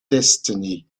destiny